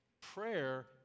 prayer